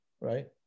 right